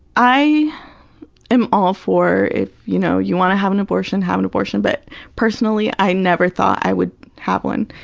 i am all for if you know you wanna have an abortion, have an abortion, but personally, i never thought i would have one.